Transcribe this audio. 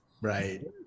Right